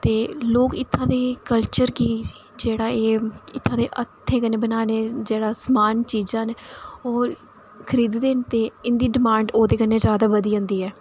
ते लोक जेह्ड़े इत्थूंदे जेह्ड़ा एह् ऐ कि इत्थूं दे हत्थें दे बनाने दा जेह्ड़ा समान चीज़ां न ते ओह् खरीद दे न ते एह्दे कन्नै उं'दी डिमांड जादै बधी जंदी ऐ